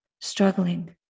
struggling